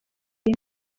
iyi